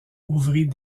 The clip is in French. ouvrit